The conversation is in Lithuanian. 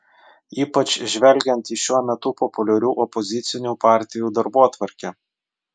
ypač žvelgiant į šiuo metu populiarių opozicinių partijų darbotvarkę